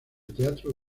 teatro